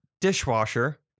dishwasher